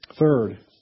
Third